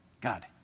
God